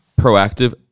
proactive